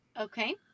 Okay